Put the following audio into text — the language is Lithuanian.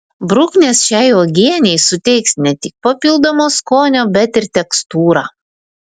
bruknės šiai uogienei suteiks ne tik papildomo skonio bet ir tekstūrą